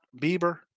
Bieber